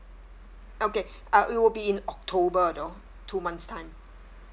okay uh it will be in october you know two months' time